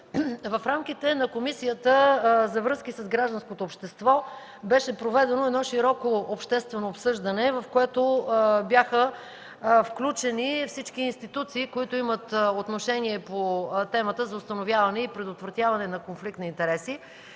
В рамките на Комисията за връзки с гражданското общество беше проведено широко обществено обсъждане, в което бяха включени всички институции, които имат отношение по темата за установяване и предотвратяване на конфликт на интереси.